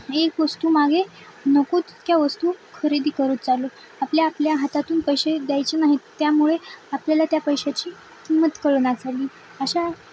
एक वस्तू मागे नको तितक्या वस्तू खरेदी करत चाललो आपल्या आपल्या हातातून पैसे द्यायचे नाहीत त्यामुळे आपल्याला त्या पैशाची किंमत कळना झाली अशा